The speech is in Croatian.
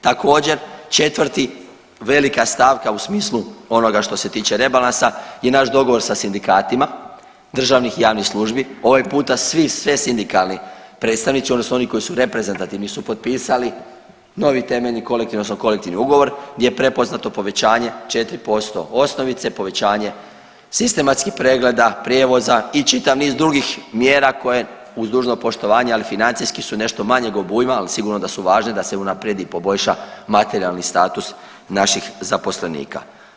Također, četvrti, velika stavka u smislu onoga što se tiče rebalansa je naš dogovor sa sindikatima državnih i javnih službi, ovaj puta svi, sve sindikalni predstavnici odnosno oni koji su reprezentativni su potpisali novi temeljni kolektivni odnosno kolektivni ugovor gdje je prepoznato povećanje 4% osnovice, povećanje sistematskih pregleda, prijevoza i čitav niz drugih mjera koje uz dužno poštovanje ali financijski su nešto manjeg obujma ali sigurno da su važne da se unaprijedi i poboljša materijalni status naših zaposlenika.